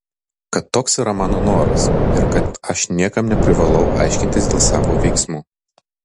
kad toks yra mano noras ir kad aš niekam neprivalau aiškintis dėl savo veiksmų